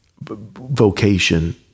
vocation